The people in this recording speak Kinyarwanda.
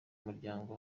muryango